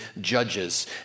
judges